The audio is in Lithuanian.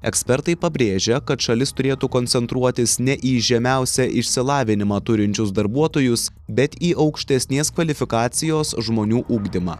ekspertai pabrėžia kad šalis turėtų koncentruotis ne į žemiausią išsilavinimą turinčius darbuotojus bet į aukštesnės kvalifikacijos žmonių ugdymą